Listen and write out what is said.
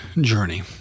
journey